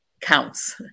counts